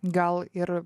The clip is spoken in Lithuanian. gal ir